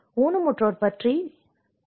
ஊனமுற்றோர் பற்றி என்ன